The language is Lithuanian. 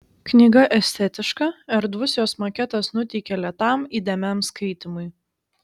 knyga estetiška erdvus jos maketas nuteikia lėtam įdėmiam skaitymui